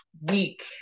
week